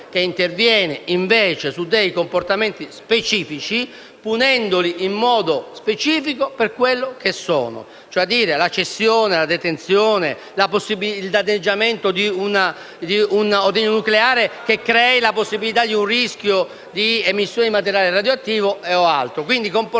che interviene, invece, su dei comportamenti specifici punendoli in modo specifico per quello che sono. Mi riferisco alla cessione, alla detenzione e al danneggiamento di un ordigno nucleare che crei il rischio di emissione di materiale radioattivo.